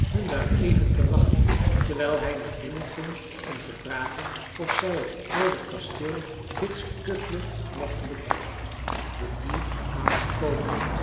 hun daar even te wachten terwijl hij naar binnen ging om te vragen of zij het oude kasteel vittskövle mochten bekijken de nieuw aangekomenen